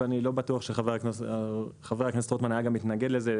אני לא בטוח שחבר הכנסת רוטמן היה מתנגד לזה.